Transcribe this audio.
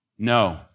No